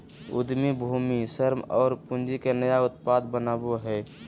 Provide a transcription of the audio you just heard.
उद्यमी भूमि, श्रम और पूँजी के नया उत्पाद बनावो हइ